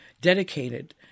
dedicated